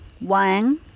Wang